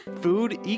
Food